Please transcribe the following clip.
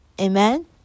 amen